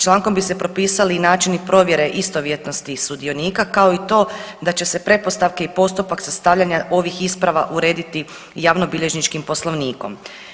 Člankom bi se propisali i načini provjere istovjetnosti sudionika kao i to da će se pretpostavke i postupak sastavljanja ovih isprava urediti javnobilježničkim poslovnikom.